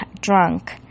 drunk